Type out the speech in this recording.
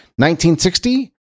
1960